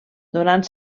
donant